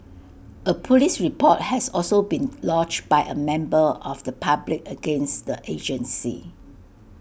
A Police report has also been lodged by A member of the public against the agency